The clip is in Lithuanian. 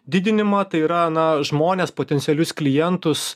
didinimą tai yra na žmones potencialius klientus